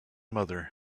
mother